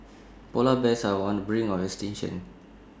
Polar Bears are on the brink of extinction